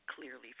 clearly